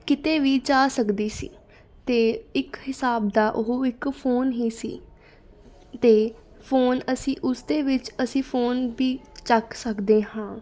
ਕਿਤੇ ਵੀ ਜਾ ਸਕਦੀ ਸੀ ਅਤੇ ਇੱਕ ਹਿਸਾਬ ਦਾ ਉਹ ਇੱਕ ਫੋਨ ਹੀ ਸੀ ਅਤੇ ਫੋਨ ਅਸੀਂ ਉਸਦੇ ਵਿੱਚ ਅਸੀਂ ਫੋਨ ਵੀ ਚੱਕ ਸਕਦੇ ਹਾਂ